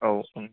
औ ओं